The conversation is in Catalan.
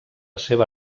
seva